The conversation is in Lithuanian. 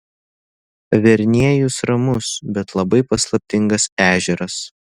verniejus ramus bet labai paslaptingas ežeras